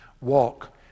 walk